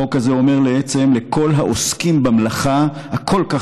החוק הזה אומר בעצם לכל העוסקים במלאכה החשובה כל כך